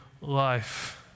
life